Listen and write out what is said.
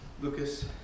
Lucas